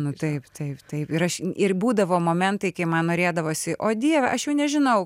nu taip taip taip ir aš ir būdavo momentai kai man norėdavosi o dieve aš jau nežinau